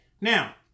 now